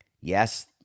Yes